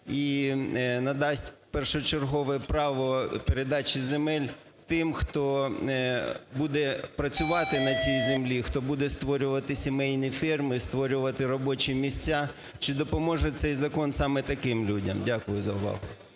і надасть першочергове право передачі земель тим, хто буде працювати на цій землі, хто буде створювати сімейні фермі, створювати робочі місця, чи допоможе цей закон саме таким людям? Дякую за увагу.